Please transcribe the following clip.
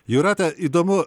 jūrate įdomu